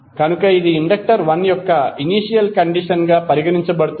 కనుక ఇది ఇండక్టర్ 1 యొక్క ఇనీషియల్ కండిషన్ గా పరిగణించబడుతుంది